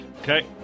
Okay